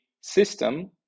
system